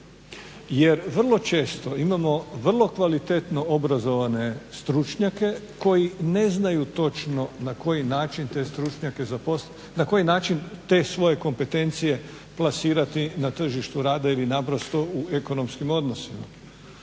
jer vrlo često imamo vrlo kvalitetno obrazovne stručnjake koji ne znaju točno na koji način te svoje kompetencije plasirati na tržištu rada ili naprosto u ekonomskim odnosima.